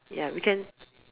ya we can